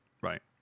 right